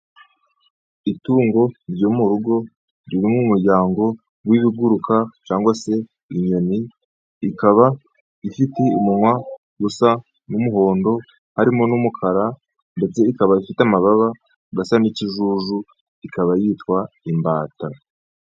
Itungo ryo mu rugo, riri mu muryango w'ibiguruka cyangwa se inyoni, ikaba ifite umunwa usa n'umuhondo harimo n'umukara, ndetse ikaba ifite amababa asa n'ikizuju, ikaba yitwa imbata.